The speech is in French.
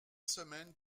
semaine